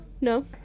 No